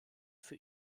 für